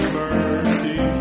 mercy